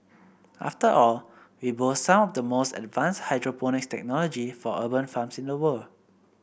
after all we boast some of the most advanced hydroponics technology for urban farms in the world